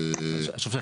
של